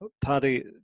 Paddy